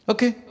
Okay